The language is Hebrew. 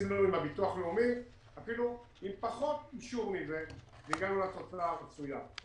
עשינו עם הביטוח הלאומי אפילו עם פחות אישור מזה והגענו לתוצאה הרצויה.